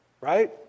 right